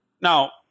Now